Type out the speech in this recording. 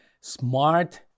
smart